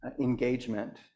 engagement